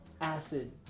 acid